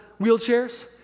wheelchairs